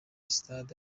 sitade